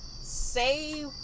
say